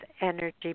energy